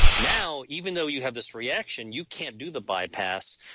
now, even though you have this reaction, you can't do the bypass,